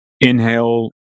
inhale